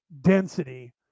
density